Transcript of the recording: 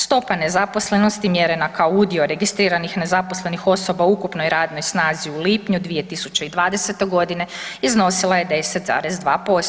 Stopa nezaposlenosti mjerena kao udio registriranih nezaposlenih osoba u ukupnoj radnoj snazi u lipnju 2020. g. iznosila je 10,